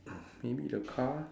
maybe the car